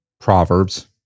Proverbs